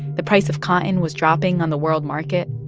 the price of cotton was dropping on the world market,